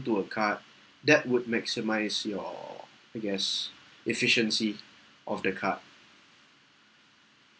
a card that would maximise your I guess efficiency of the card